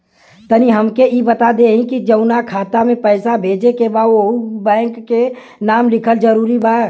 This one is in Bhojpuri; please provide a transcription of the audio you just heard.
तनि हमके ई बता देही की जऊना खाता मे पैसा भेजे के बा ओहुँ बैंक के नाम लिखल जरूरी बा?